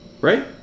right